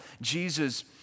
Jesus